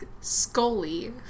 Scully